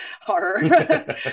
horror